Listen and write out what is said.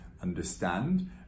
understand